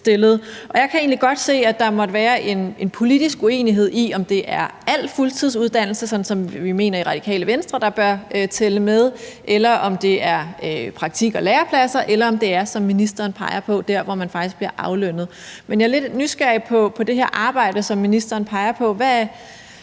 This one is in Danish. egentlig godt se, at der må være en politisk uenighed i, om det er al fuldtidsuddannelse, sådan som vi mener i Radikale Venstre, der bør tælle med, eller om det er praktik og lærepladser, eller om det er, som ministeren peger på, der, hvor man faktisk bliver aflønnet. Men jeg er lidt nysgerrig på det her arbejde, som ministeren peger på.